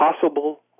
Possible